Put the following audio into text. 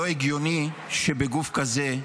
לא הגיוני שבגוף כזה,